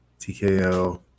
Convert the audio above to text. TKO